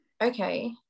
okay